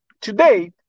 Today